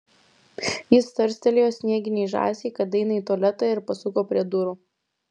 jis tarstelėjo snieginei žąsiai kad eina į tualetą ir pasuko prie durų